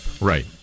right